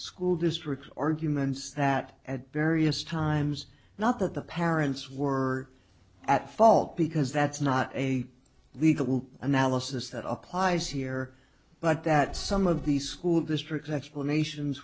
school districts arguments that at various times not that the parents were at fault because that's not a legal analysis that applies here but that some of these school districts explanations